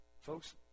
Folks